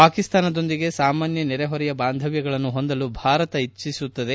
ಪಾಕಿಸ್ತಾನದೊಂದಿಗೆ ಸಾಮಾನ್ದ ನೆರೆ ಹೊರೆಯ ಬಾಂಧವ್ಯಗಳನ್ನು ಹೊಂದಲು ಭಾರತ ಇಚ್ಚಿಸುತ್ತದೆ